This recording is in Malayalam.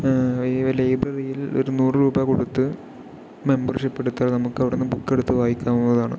ആ ലൈബ്രറിയിൽ ഒരു നൂറ് രൂപ കൊടുത്ത് മെമ്പർഷിപ്പ് എടുത്താൽ നമുക്കവിടുന്ന് ബുക്കെടുത്ത് വായിക്കാവുന്നതാണ്